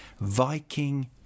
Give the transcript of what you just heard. Viking